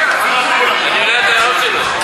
אני עונה לטענות שלו.